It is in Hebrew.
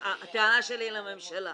הטענה שלי היא לממשלה,